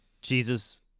Jesus